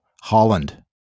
Holland